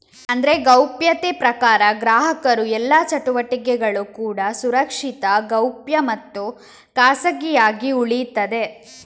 ಅಂದ್ರೆ ಗೌಪ್ಯತೆ ಪ್ರಕಾರ ಗ್ರಾಹಕರ ಎಲ್ಲಾ ಚಟುವಟಿಕೆಗಳು ಕೂಡಾ ಸುರಕ್ಷಿತ, ಗೌಪ್ಯ ಮತ್ತು ಖಾಸಗಿಯಾಗಿ ಉಳೀತದೆ